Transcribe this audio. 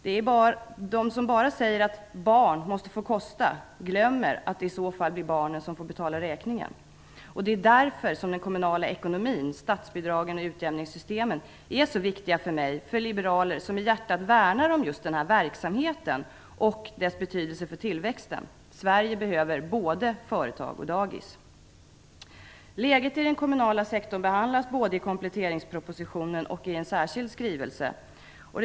De som bara säger att "barn måste få kosta" glömmer att det i så fall lätt blir barnen som får betala räkningen. Det är därför som den kommunala ekonomin, statsbidragen och utjämningssystemen är så viktiga för mig och för oss liberaler, som i hjärtat värnar om just den här verksamheten och ser dess betydelse för tillväxten. Sverige behöver både företag och dagis. Läget i den kommunala sektorn behandlas både i kompletteringspropositionen och i en särskild skrivelse, Utvecklingen i den kommunala sektorn.